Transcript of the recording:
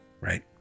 right